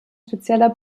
spezieller